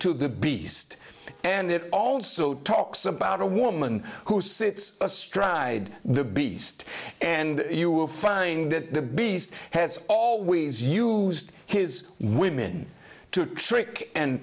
to the beast and it also talks about a woman who sits astride the beast and you will find that the beast has always used his women to trick and